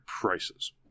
prices